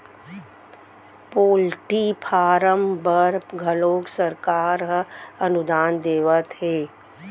poultry farm बर घलोक सरकार ह अनुदान देवत हे